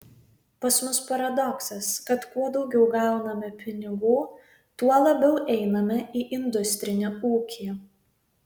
pas mus paradoksas kad kuo daugiau gauname pinigų tuo labiau einame į industrinį ūkį